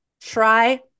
Try